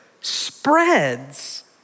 spreads